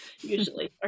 usually